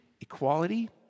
equality